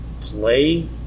Play